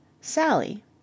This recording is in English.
Sally